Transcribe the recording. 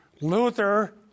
Luther